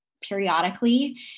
periodically